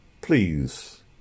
please